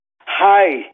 Hi